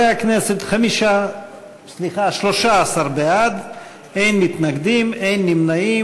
חברי הכנסת, 13 בעד, אין מתנגדים, אין נמנעים.